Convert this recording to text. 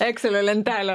ekselio lentelę